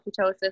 ketosis